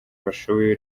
bashoboye